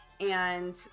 And-